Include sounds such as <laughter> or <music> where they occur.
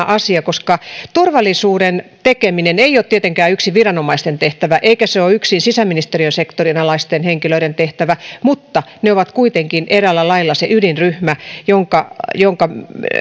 <unintelligible> asia turvallisuuden tekeminen ei ole tietenkään yksin viranomaisten tehtävä eikä se ole yksin sisäministeriön sektorin alaisten henkilöiden tehtävä mutta ne ovat kuitenkin eräällä lailla se ydinryhmä jonka jonka